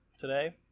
today